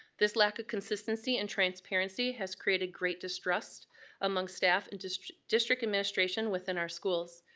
this lack of consistency and transparency has created great distrust among staff and district district administration within our schools.